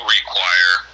require